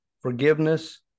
forgiveness